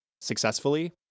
successfully